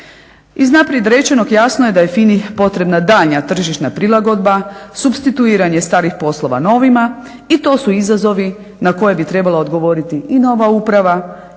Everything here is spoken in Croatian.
Iz unaprijed rečenog jasno je da je FINA-i potrebna daljnja tržišna prilagodba, supstituiranje starih poslova novima i to su izazovi na koje bi trebala odgovoriti i nova uprava